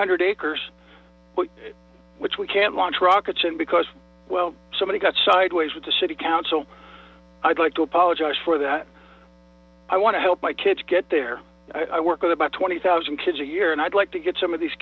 hundred acres which we can't launch rockets in because well somebody's got sideways with the city council i'd like to apologize for that i want to help my kids get there i work with about twenty thousand kids a year and i'd like to get some of these